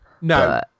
no